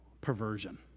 perversion